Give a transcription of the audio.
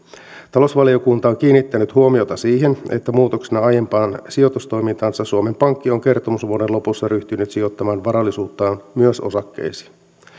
talousvaliokunta on kiinnittänyt huomiota siihen että muutoksena aiempaan sijoitustoimintaansa suomen pankki on kertomusvuoden lopussa ryhtynyt sijoittamaan varallisuuttaan myös osakkeisiin